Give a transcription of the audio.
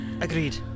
Agreed